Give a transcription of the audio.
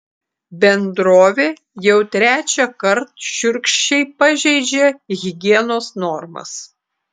bendrovė jau trečiąkart šiurkščiai pažeidžia higienos normas